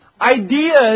ideas